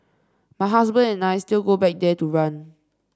my husband and I still go back there to run